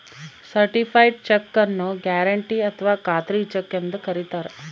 certified check ನ್ನು guarantee ಅಥಾವ ಖಾತ್ರಿ ಚೆಕ್ ಎಂದು ಕರಿತಾರೆ